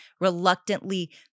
reluctantly